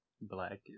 black